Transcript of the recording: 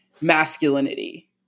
masculinity